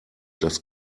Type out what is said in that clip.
das